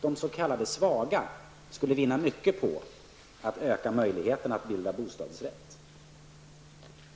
De s.k. svaga skulle vinna mycket på om man ökar möjligheterna att bilda bostadsrätt.